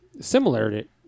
similarity